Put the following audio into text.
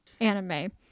anime